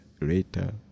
later